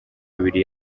bibiri